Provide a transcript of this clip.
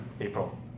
April